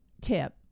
tip